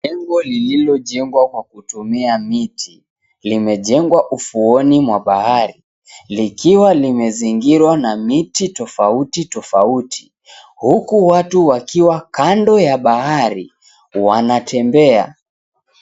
Jengo lilojengwa kwa kutumia miti, limejengwa ufuoni mwa bahari, likiwa limezingirwa na miti tofauti tofauti, huku watu wakiwa kando ya bahari wanatembea.